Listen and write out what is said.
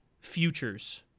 futures